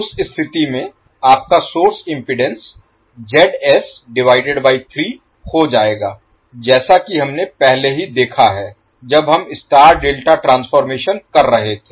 उस स्थिति में आपका सोर्स इम्पीडेन्स 3 हो जाएगा जैसा कि हमने पहले ही देखा है जब हम स्टार डेल्टा ट्रांसफॉर्मेशन कर रहे थे